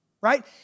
right